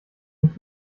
nicht